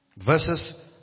Verses